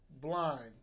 blind